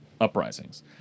uprisings